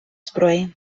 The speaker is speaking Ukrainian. зброї